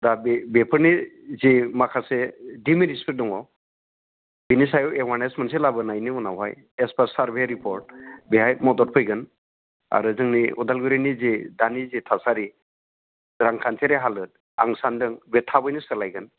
दा बेफोरनि जे माखासे डिमेरिट्सफोर दङ बिनि सायाव एवारनेस मोनसे लाबोनायनि उनावहाय एस पार सार्भे रिपर्ट बेवहाय मदद फैगोन आरो जोंनि अदालगुरिनि जि दानि जि थासारि रांखान्थियारि हालोद आं सान्दों बे थाबैनो सोलायगोन